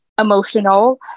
emotional